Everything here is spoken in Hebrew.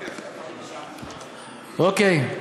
אוקיי.